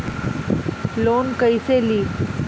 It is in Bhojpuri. लोन कईसे ली?